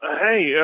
Hey